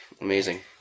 Amazing